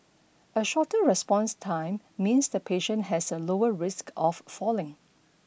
a shorter response time means the patient has a lower risk of falling